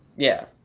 yeah.